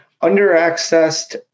under-accessed